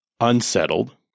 unsettled